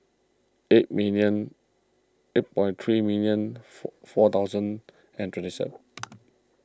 eight million eight five three million four four thousand and three seven